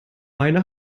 meine